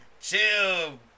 Chill